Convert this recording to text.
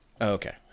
Okay